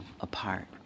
apart